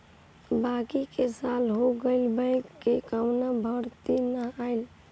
बाकी कई साल हो गईल बैंक कअ कवनो भर्ती ना आईल